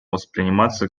восприниматься